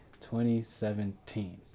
2017